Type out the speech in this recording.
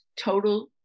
total